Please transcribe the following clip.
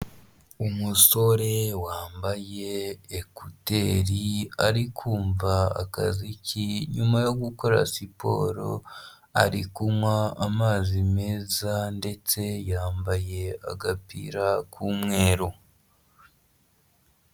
Umusore wambaye ekuteri ari kumva akaziki, nyuma yo gukora siporo ari kunywa amazi meza ndetse yambaye agapira k'umweru.